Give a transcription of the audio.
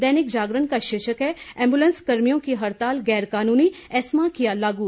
दैनिक जागरण का शीर्षक है एंबुलैंस कर्मियों की हड़ताल गैर कानूनी एस्मा किया लागू